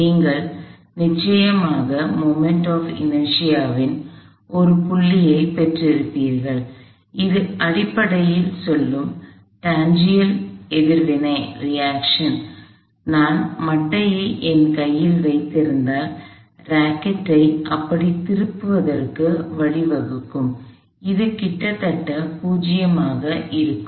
நீங்கள் நிச்சயமாக moment of inertia ன் ஒரு புள்ளியைப் பெற்றிருப்பீர்கள் இது அடிப்படையில் சொல்லும் டான்ஜென்ஷியல் எதிர்வினை நான் மட்டையை என் கையில் வைத்திருந்தால் ராக்கெட்யை அப்படித் திருப்புவதற்கு வழிவகுக்கும் அது கிட்டத்தட்ட 0 ஆக இருக்கும்